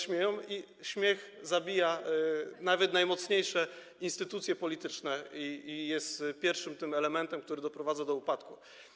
Śmiech zabija nawet najmocniejsze instytucje polityczne i jest pierwszym elementem, który doprowadza do upadku.